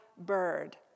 bird